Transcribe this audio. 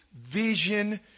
vision